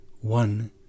one